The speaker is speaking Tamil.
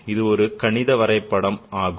இது ஒரு கணித வரைபட ஆகும்